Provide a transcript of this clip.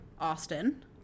Austin